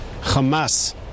Hamas